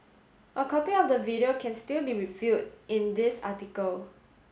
a copy of the video can still be viewed in this article